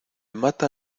mata